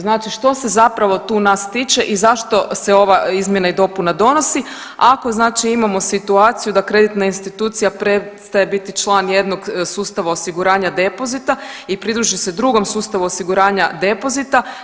Znači što se zapravo tu nas tiče i zašto se ova izmjena i dopuna donosi ako znači imamo situaciju da kreditna institucija prestaje biti član jednog sustava osiguranja depozita i pridruži se drugom sustavu osiguranja depozita.